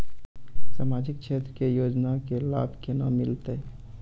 समाजिक क्षेत्र के योजना के लाभ केना मिलतै?